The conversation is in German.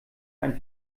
ein